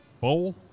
bowl